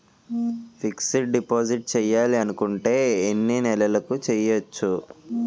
Fixed deposit చేయాలి అనుకుంటే ఎన్నే నెలలకు చేయొచ్చు?